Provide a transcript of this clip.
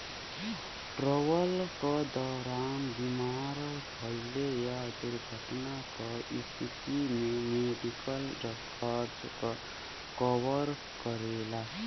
travel क दौरान बीमार भइले या दुर्घटना क स्थिति में मेडिकल खर्च क कवर करेला